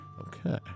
Okay